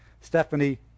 Stephanie